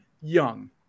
Young